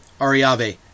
Ariave